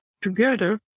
Together